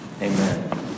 Amen